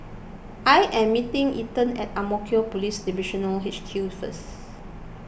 I am meeting Ethan at Ang Mo Kio Police Divisional H Q first